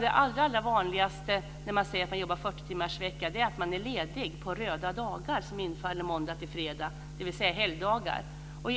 Det allra vanligaste när man säger att man jobbar 40 timmarsvecka är att man är ledig röda dagar som infaller måndag-fredag, dvs. helgdagar. Då